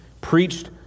preached